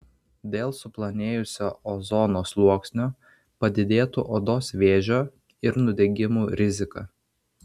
dėl suplonėjusio ozono sluoksnio padidėtų odos vėžio ir nudegimų rizika